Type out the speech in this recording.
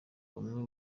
umwe